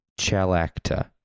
Chalacta